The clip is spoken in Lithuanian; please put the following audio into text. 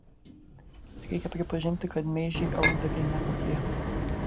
reikia pripažinti kad meižiai aludariai ne kokie